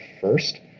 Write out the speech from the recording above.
first